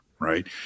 Right